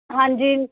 ਹਾਂਜੀ